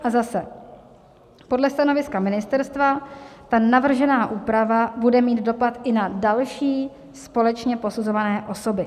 A zase podle stanoviska ministerstva navržená úprava bude mít dopad i na další společně posuzované osoby.